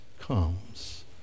comes